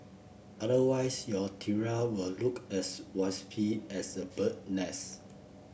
otherwise your tiara will look as wispy as a bird nest